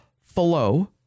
flow